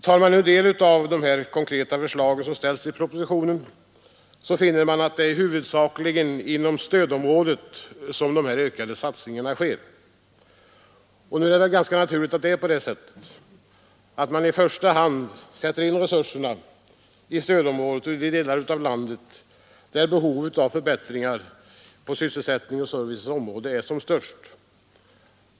Tar man del av de konkreta förslag som ställs i propositionen finner man att det huvudsakligen är inom stödområdet som de ökade satsningarna sker. Nu är det väl ganska naturligt att resurserna i första hand sätts in i stödområdet och i de delar av landet där behovet av förbättrad sysselsättning och service är störst.